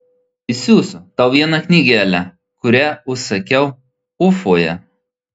išsiųsiu tau vieną knygelę kurią užsakiau ufoje